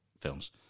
films